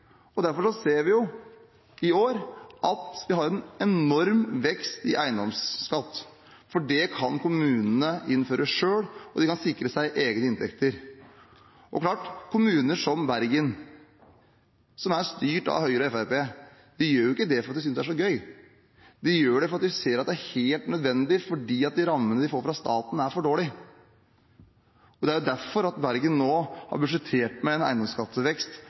Derfor ser vi i år at vi har en enorm vekst i eiendomsskatt, for det kan kommunene innføre selv, og de kan sikre seg egne inntekter. Det er klart at kommuner som Bergen, som er styrt av Høyre og Fremskrittspartiet, gjør jo ikke det fordi de synes det er så gøy. De gjør det fordi de ser at det er helt nødvendig, fordi de rammene de får fra staten, er for dårlige. Det er jo derfor Bergen nå har budsjettert med en